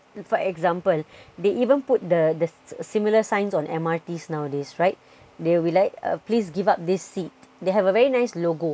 for example they even put the the similar signs on M_R_Ts nowadays right they will be like uh please give up this seat they have a very nice logo